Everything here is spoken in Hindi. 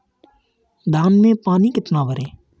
धान में पानी कितना भरें?